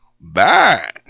Bye